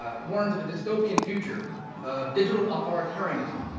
ah warns of a dystopian future of digital authoritarianism.